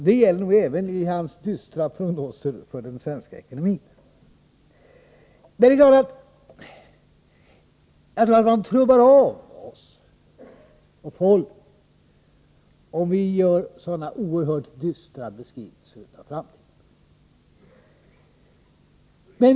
Det gäller nog även hans dystra prognoser för den svenska ekonomin. Jag tror att vi och folk i allmänhet trubbas av om vi gör sådana här oerhört dystra beskrivningar av framtiden.